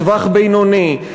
לטווח בינוני.